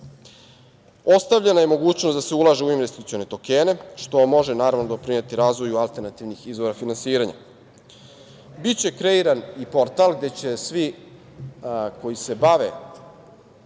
valutama. Ostavljena je mogućnost da se ulaže u investicione tokene, što može doprineti razvoju alternativnih izvora finansiranja. Biće kreiran i portal gde će svi koji se bave